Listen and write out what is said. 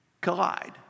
collide